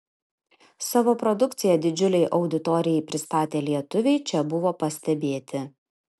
savo produkciją didžiulei auditorijai pristatę lietuviai čia buvo pastebėti